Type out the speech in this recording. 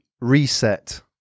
Reset